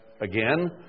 again